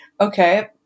Okay